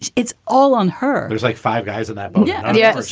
it's it's all on her there's like five guys in that. but yeah yeah.